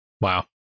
Wow